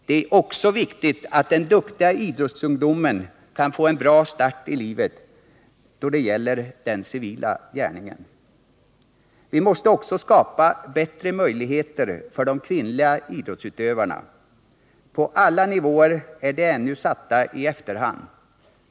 Det är viktigt att den duktiga idrottsungdomen kan få en bra start i livet även då det gäller den civila gärningen. Vi mås:e också skapa bättre möjligheter för de kvinnliga idrottsutövarna. På alla nivåer är de ännu satta i efterhand.